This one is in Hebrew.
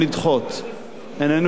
איננו יכולים לקבל אותן.